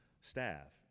staff